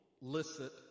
licit